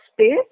space